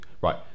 right